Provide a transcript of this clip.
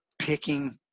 picking